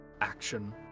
action